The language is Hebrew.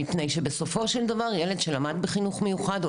מפני שבסופו של דבר ילד שלמד בחינוך מיוחד או